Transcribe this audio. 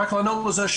לענות לזה,